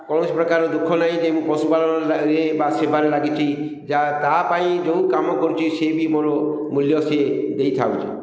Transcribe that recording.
କୌଣସି ପ୍ରକାର ଦୁଃଖ ନାହିଁ ଯେ ମୁଁ ପଶୁପାଳନ ବା ସେବାରେ ଲାଗିଛି ଯାହା ତା'ପାଇଁ ଯେଉଁ କାମ କରୁଛି ସିଏ ବି ମୋର ମୂଲ୍ୟ ସିଏ ଦେଇଥାଉଛି